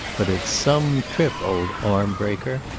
but it's some trip, old arm-breaker.